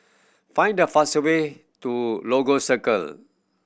find the faster way to Lagos Circle